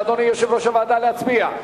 אדוני יושב-ראש הוועדה, להצביע?